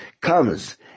comes